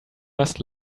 must